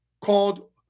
called